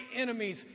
enemies